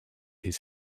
his